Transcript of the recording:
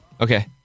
Okay